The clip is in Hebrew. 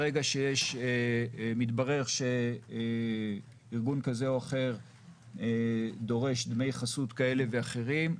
ברגע שמתברר שארגון כזה או אחר דורש דמי חסות כאלה ואחרים,